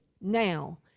now